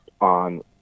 on